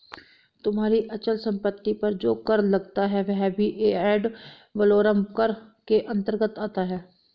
तुम्हारी अचल संपत्ति पर जो कर लगता है वह भी एड वलोरम कर के अंतर्गत आता है